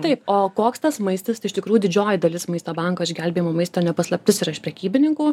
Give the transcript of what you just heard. taip o koks tas maistas tai iš tikrų didžioji dalis maisto banko išgelbėjimo maisto ne paslaptis yra iš prekybininkų